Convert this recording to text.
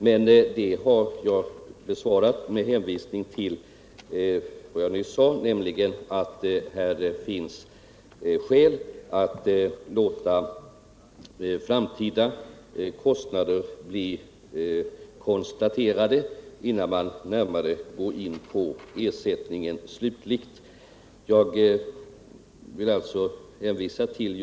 Den frågan har jag besvarat med hänvisning till - som jag nyss sade —-att här finns skäl att låta framtida kostnader bli konstaterade innan man går in på den slutliga ersättningen.